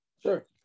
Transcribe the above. Sure